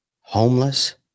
homeless